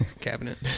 cabinet